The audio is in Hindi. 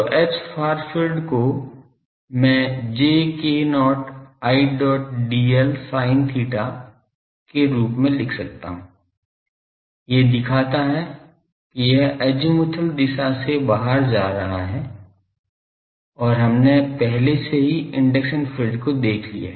तो Hfar field को मैं j k0 Idl sin theta के रूप में लिख सकता हूं ये दिखाता है कि यह अज़ीमुथल दिशा से बाहर जा रहा है और हमने पहले से ही इंडक्शन फील्ड को देख लिया है